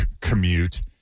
commute